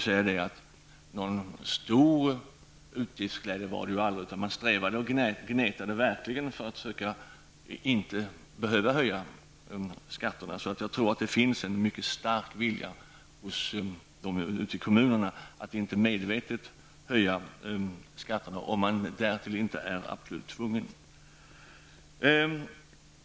Någon stor utgiftsyra var det aldrig fråga om, utan man strävade och gnetade verkligen för att inte behöva höja skatterna. Det finns en mycket stark vilja ute i kommunerna att inte avsiktligt höja skatterna, om man därtill inte är absolut tvungen.